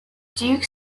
duke